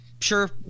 sure